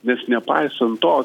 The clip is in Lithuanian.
nes nepaisant to